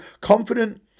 confident